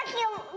you